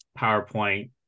PowerPoint